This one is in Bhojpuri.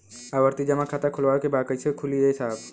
आवर्ती जमा खाता खोलवावे के बा कईसे खुली ए साहब?